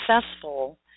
successful